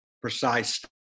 precise